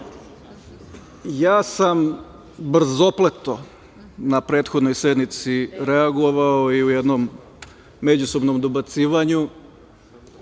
sam brzopleto na prethodnoj sednici reagovao ili jednom međusobnom dobacivanju